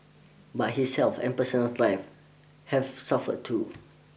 but his health and personal life have suffered too